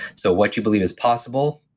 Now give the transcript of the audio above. so what you believe is possible,